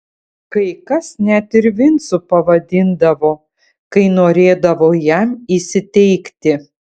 kai kas net ir vincu pavadindavo kai norėdavo jam įsiteikti